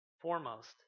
foremost